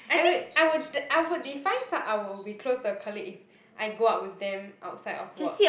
I think I would d~ I would define s~ I will be close to the colleague if I go out with them outside of work